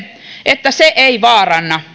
että se ei vaaranna